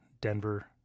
Denver